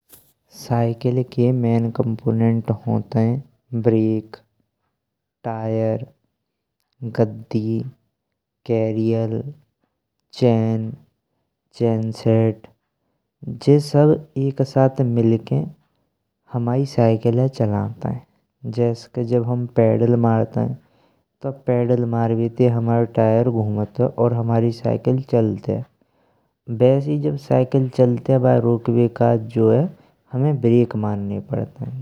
साइकल के main component होन्ताये brake, tyre, गद्दी, केरियल, चैन, चैनसेट जे सब एक साथ मिलके हमाई साइकल चालन्तायेइन। जैस के जब हम पैडल मारत हैं तो पैडल मारवे ते हमारो टायर घूमतुआ, और हमारी साइकल चलताये, वैसे ई जब साइकल चलताये तो बाय रोकवे काज ह्में ब्रेक मारने पड़ते हैं।